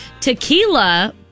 tequila